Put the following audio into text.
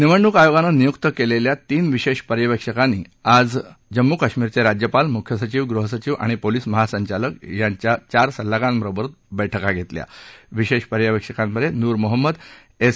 निवडणूक आयोगानं निय्क्त केलेल्या तीन विशेष पर्यवेक्षकांनी आज जम्मू कश्मिरचे राज्यपाल मुख्य सचिव ग़ह सचिव आणि पोलिस महासंचालक यांच्या चार सल्लागारांबरोबर बैठका घेतल्या विशेष पर्यवेक्षकांत न्र मोहम्मद एस